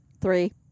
three